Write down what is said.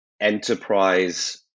enterprise